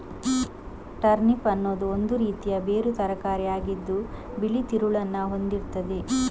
turnip ಅನ್ನುದು ಒಂದು ರೀತಿಯ ಬೇರು ತರಕಾರಿ ಆಗಿದ್ದು ಬಿಳಿ ತಿರುಳನ್ನ ಹೊಂದಿರ್ತದೆ